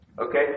Okay